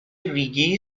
ریگی